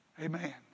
Amen